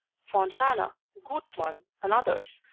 fontana, gutmann and others,